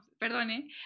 perdone